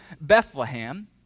Bethlehem